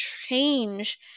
change